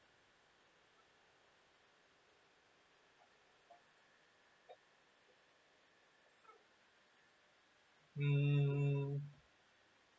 um